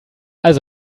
also